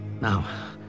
Now